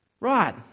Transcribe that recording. Right